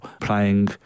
playing